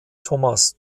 thomas